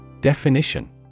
Definition